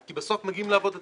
כי בסוף מגיעים לעבוד אצלם,